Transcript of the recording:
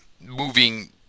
moving